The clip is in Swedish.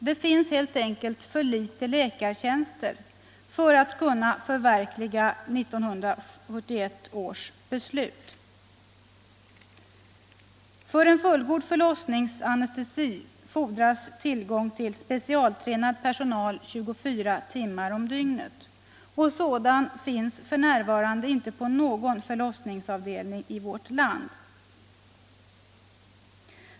Det finns helt enkelt för få läkartjänster för att förverkliga 1971 års beslut. För en fullgod förlossningsanestesi fordras tillgång till specialtränad personal 24 timmar om dygnet. Sådan finns för närvarande inte på någon förlossningsavdelning i vårt land.